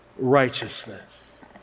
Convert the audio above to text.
righteousness